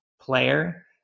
player